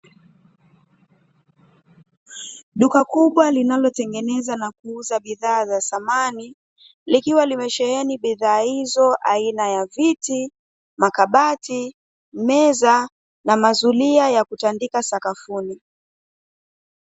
Duka kubwa linalotengeneza na kuuza bidhaa za samani, likiwa limesheheni bidhaa hizo aina ya viti, makabati, meza na mazulia ya kutandika sakafuni.